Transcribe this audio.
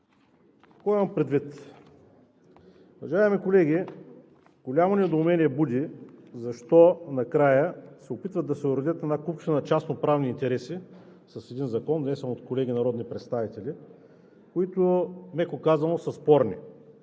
Какво имам предвид? Уважаеми колеги, голямо недоумение буди защо накрая се опитват да се уредят една купчина частноправни интереси с един закон, внесен от колеги народни представители, които, меко казано, са спорни.